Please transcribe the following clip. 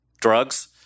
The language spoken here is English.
drugs